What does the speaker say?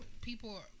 people